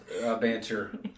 banter